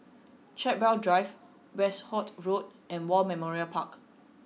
Chartwell Drive Westerhout Road and War Memorial Park